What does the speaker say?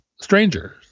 strangers